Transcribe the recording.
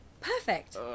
Perfect